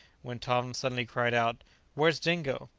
when tom suddenly cried out where's dingo?